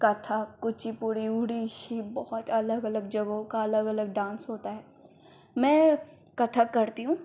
कथक कुचीपुड़ी ओडिसी बहुत अलग अलग जगहों का अलग अलग डान्स होता है मैं कथक करती हूँ